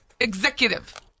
Executive